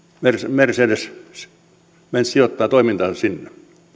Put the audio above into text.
mercedes benz sijoittaa toimintaansa sinne